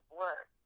work